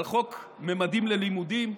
על חוק ממדים ללימודים.